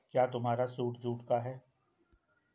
क्या तुम्हारा सूट जूट का है?